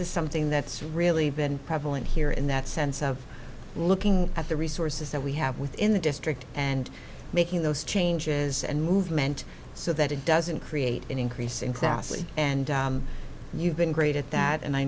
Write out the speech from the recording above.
is something that's really been prevalent here in that sense of looking at the resources that we have within the district and making those changes and movement so that it doesn't create an increase in capacity and you've been great at that and i